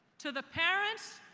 to the parents,